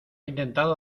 intentado